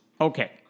Okay